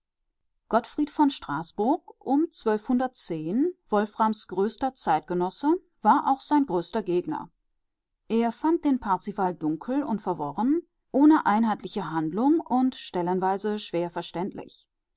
gottfried von straßburg um wos größter zeitgenosse war auch sein größter gegner er fand den parzival dunkel und verworren ohne einheitliche handlung und stellenweise schwer verständlich